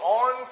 on